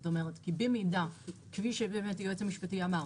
זאת אומרת, במידה, כפי שבאמת היועץ המשפטי אמר,